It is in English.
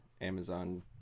Amazon